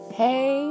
hey